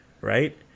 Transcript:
right